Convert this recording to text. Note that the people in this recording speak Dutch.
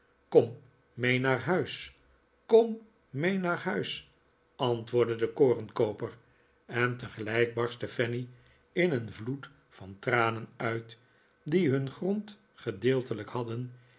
kom mee naar huis kom mee naar huis antwoordde de korenkooper en tegelijk barstte fanny in een vloed van tranen uit die hun grond gedeeltelijk hadden